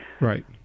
Right